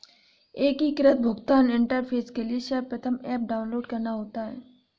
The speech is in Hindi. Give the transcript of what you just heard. एकीकृत भुगतान इंटरफेस के लिए सर्वप्रथम ऐप डाउनलोड करना होता है